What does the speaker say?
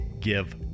give